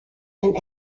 and